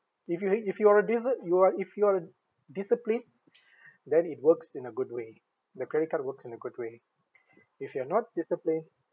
if you ha~ if you are you are if you are disciplined then it works in a good way the credit card works in a good way if you are not disciplined